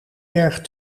berg